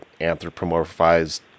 anthropomorphized